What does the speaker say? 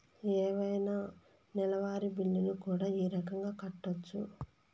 ఏవైనా నెలవారి బిల్లులు కూడా ఈ రకంగా కట్టొచ్చు